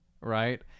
right